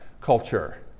culture